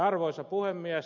arvoisa puhemies